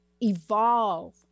evolve